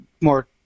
more